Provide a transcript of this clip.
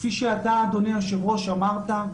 כפי שאתה אדוני היושב ראש אמרת,